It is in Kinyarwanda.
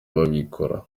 babikora